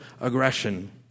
aggression